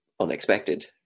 unexpected